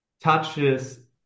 touches